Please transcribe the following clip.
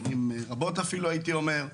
שנים רבות אפילו הייתי אומר,